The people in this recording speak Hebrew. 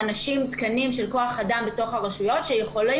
תקנים של כח אדם בתוך הרשויות שיכולים